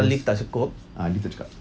pasal lift tak cukup